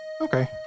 Okay